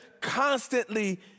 constantly